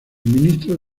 ministro